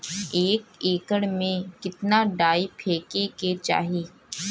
एक एकड़ में कितना डाई फेके के चाही?